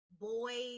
boys